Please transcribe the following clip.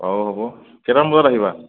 হ'ব কেইটামান বজাত আহিবা